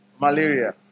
Malaria